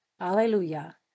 Alleluia